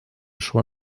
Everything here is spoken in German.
schon